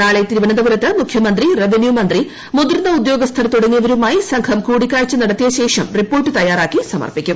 നാളെ തിരുവനന്തപുരത്ത് മൂഖ്യമന്ത്രി റവന്യൂമന്ത്രി മുതിർന്ന ഉദ്യോഗസ്ഥർ തുടങ്ങിയുപ്പർുമായി സംഘം കൂടിക്കാഴ്ച നടത്തിയ ശേഷം റിപ്പോർട്ട് തയ്യാറ്റാക്കി സമർപ്പിക്കും